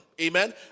Amen